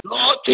Lord